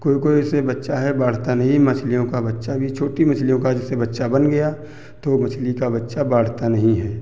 कोई कोई ऐसे बच्चा है बढ़ता नहीं है मछलियों का बच्चा अब ये छोटी मछलियों का जैसे बच्चा बन गया तो मछली का बच्चा बाढ़ता नहीं है